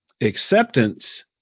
acceptance